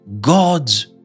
God's